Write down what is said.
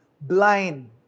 blind